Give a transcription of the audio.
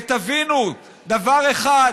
ותבינו דבר אחד,